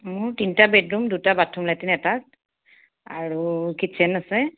মোৰ তিনিটা বেডৰুম দুটা বাথৰুম লেট্ৰিন এটা আৰু কিটচেন আছে